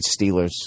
Steelers